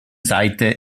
seite